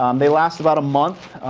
um they last about a month.